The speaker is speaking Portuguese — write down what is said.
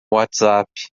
whatsapp